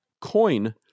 coin